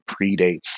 predates